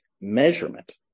measurement